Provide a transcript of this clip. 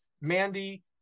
Mandy